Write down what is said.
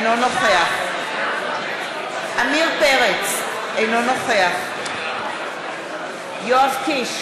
אינו נוכח עמיר פרץ, אינו נוכח יואב קיש,